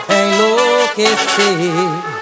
enlouquecer